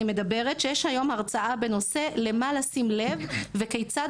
שיש היום הרצאה בנושא למה לשים לב וכיצד